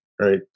right